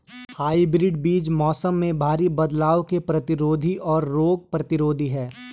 hybrid बीज मौसम में भारी बदलाव के प्रतिरोधी और रोग प्रतिरोधी हैं